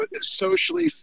socially